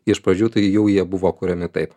iš pradžių tai jau jie buvo kuriami taip